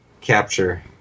capture